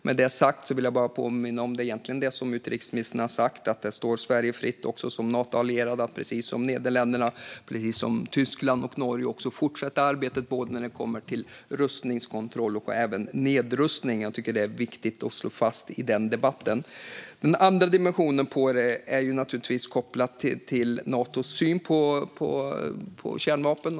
Med det sagt vill jag påminna om det utrikesministern sagt om att det står Sverige fritt att som Natoallierad, liksom Nederländerna, Tyskland och Norge, fortsätta arbetet när det kommer till rustningskontroll och nedrustning. Det är viktigt att slå fast i den debatten. En annan dimension av detta är naturligtvis kopplad till Natos syn på kärnvapen.